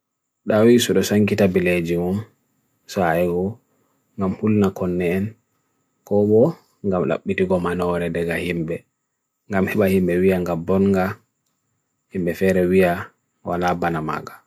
Dawi surosan kitabile jiyo. Sa aegu ngan pulna konnen ko wo nga blap mitu gomanawara dega himbe. Ngan meba himbe wi angabonga, himbe ferewia wala banamaga.